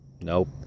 Nope